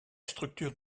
structure